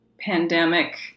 pandemic